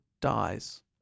dies